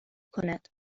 کند